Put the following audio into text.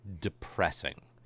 depressing